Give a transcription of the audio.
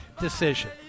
decision